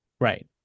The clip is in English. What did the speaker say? Right